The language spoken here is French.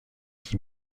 dit